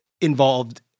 involved